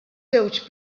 żewġ